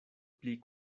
pli